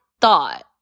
thought